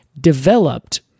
developed